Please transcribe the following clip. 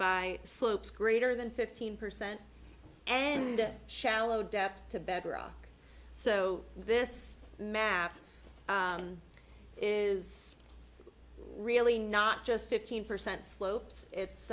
by slopes greater than fifteen percent and shallow depth to bedrock so this map is really not just fifteen percent slopes it's